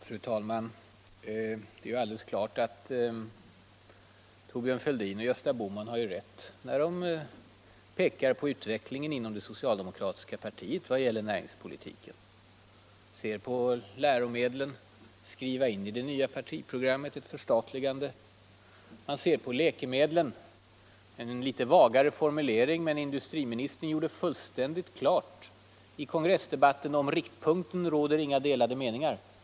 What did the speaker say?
Fru talman! Det är alldeles klart att Thorbjörn Fälldin och Gösta Bohman har rätt om näringspolitiken, när de pekar på utvecklingen inom det socialdemokratiska partiet. Se bara på läromedlen, där det var fråga om att i det nya partiprogrammet skriva in ett förstatligande. Eller se på läkemedlen. Där är det en något svagare formulering, men industriministern gjorde fullständigt klart i kongressdebatten att ”det inte råder några delade meningar om riktpunkten”.